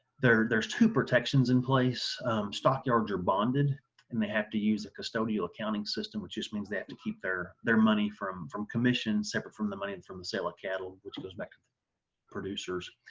there are two protections in place stockyards are bonded and they have to use a custodial accounting system which just means that to keep their their money from from commissions separate from the money and from the sale of cattle which goes back to the producers.